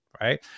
right